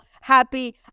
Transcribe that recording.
happy